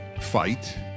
fight